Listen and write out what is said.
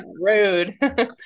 Rude